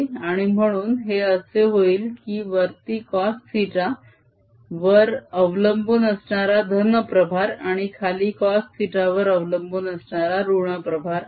आणि म्हणून हे असे होईल की वरती cos θ वर अवलंबून असणारा धन प्रभार आणि खाली cos θ वर अवलंबून असणारा ऋण प्रभार आहे